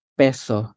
peso